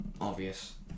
Obvious